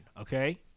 Okay